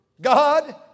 God